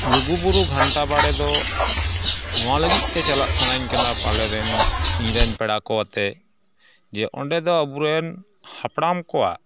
ᱞᱩᱜᱩᱵᱩᱨᱩ ᱜᱷᱟᱱᱴᱟ ᱵᱟᱲᱮᱫᱚ ᱱᱚᱣᱟ ᱞᱟᱹᱜᱤᱫᱛᱮ ᱪᱟᱞᱟᱜ ᱥᱟᱱᱟᱧ ᱠᱟᱱᱟ ᱯᱟᱞᱮᱱ ᱤᱧᱨᱮᱱ ᱯᱮᱲᱟᱠᱚ ᱟᱛᱮᱫ ᱡᱮ ᱚᱸᱰᱮᱫᱚ ᱟᱵᱚᱨᱮᱱ ᱦᱟᱯᱲᱟᱢ ᱠᱚᱣᱟᱜ